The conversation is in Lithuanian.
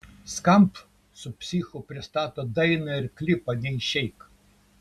skamp su psichu pristato dainą ir klipą neišeik